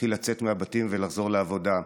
להתחיל לצאת מהבתים ולחזור לעבודה.